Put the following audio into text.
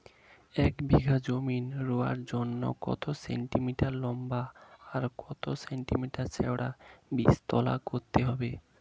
এক বিঘা জমি রোয়ার জন্য কত সেন্টিমিটার লম্বা আর কত সেন্টিমিটার চওড়া বীজতলা করতে হবে?